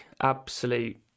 absolute